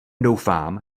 doufám